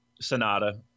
Sonata